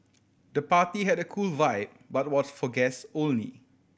the party had a cool vibe but was for guests only